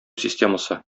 системасы